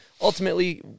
ultimately